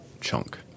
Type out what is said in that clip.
chunk